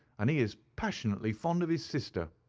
and he is passionately fond of his sister.